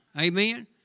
Amen